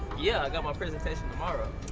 yeah yeah ah presentation tomorrow.